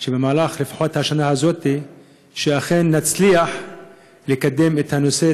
שלפחות במהלך השנה הזאת אכן נצליח לקדם את הנושא,